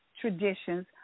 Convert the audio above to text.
Traditions